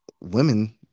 women